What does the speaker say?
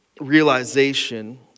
realization